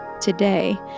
today